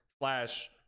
slash